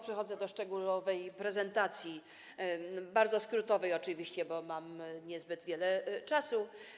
Przechodzę do szczegółowej prezentacji, bardzo skrótowej oczywiście, bo mam niezbyt wiele czasu.